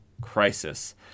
Crisis